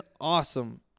awesome